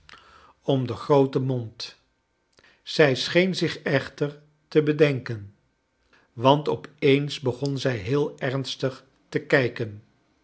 om den grooten mond zij scheen zich echter te bedenken want op eens begon zij heel ernstig te kijken